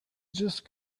just